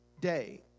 day